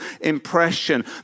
impression